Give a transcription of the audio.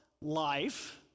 life